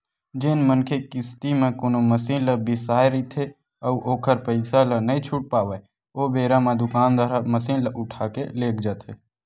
जेन मनखे किस्ती म कोनो मसीन ल बिसाय रहिथे अउ ओखर पइसा ल नइ छूट पावय ओ बेरा म दुकानदार ह मसीन ल उठाके लेग जाथे